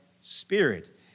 Spirit